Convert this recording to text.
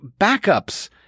backups